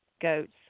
Goats